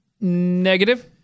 Negative